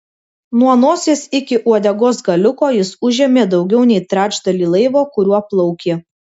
nuo nosies iki uodegos galiuko jis užėmė daugiau nei trečdalį laivo kuriuo plaukė